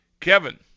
Kevin